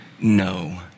no